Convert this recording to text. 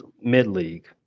Mid-league